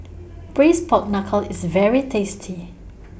Braised Pork Knuckle IS very tasty